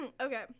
Okay